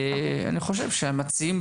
אני חושב שהמציעים,